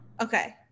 Okay